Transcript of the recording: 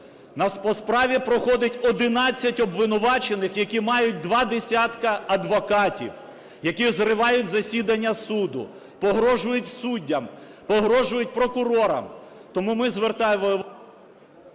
По справі проходить 11 обвинувачених, які мають два десятки адвокатів, які зривають засідання суду, погрожують суддям, погрожують прокурорам. Тому ми звертаємо…